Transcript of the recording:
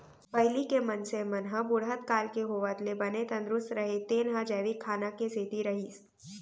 पहिली के मनसे मन ह बुढ़त काल के होवत ले बने तंदरूस्त रहें तेन ह जैविक खाना के सेती रहिस